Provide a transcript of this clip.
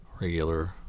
regular